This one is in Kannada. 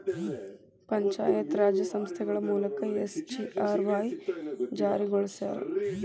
ಪಂಚಾಯತ್ ರಾಜ್ ಸಂಸ್ಥೆಗಳ ಮೂಲಕ ಎಸ್.ಜಿ.ಆರ್.ವಾಯ್ ಜಾರಿಗೊಳಸ್ಯಾರ